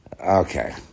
Okay